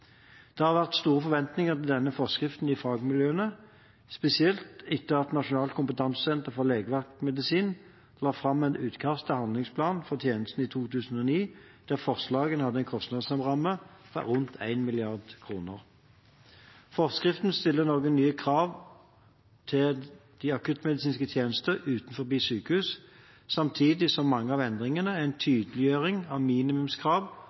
Det har vært store forventninger til denne forskriften i fagmiljøene, spesielt etter at Nasjonalt kompetansesenter for legevaktmedisin la fram et utkast til handlingsplan for tjenesten i 2009, der forslagene hadde en kostnadsramme på rundt 1 mrd. kr. Forskriften stiller noen nye krav til de akuttmedisinske tjenestene utenfor sykehus, samtidig som mange av endringene er en tydeliggjøring av minimumskrav